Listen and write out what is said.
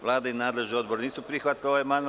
Vlada i nadležni odbor nisu prihvatili amandman.